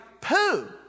poo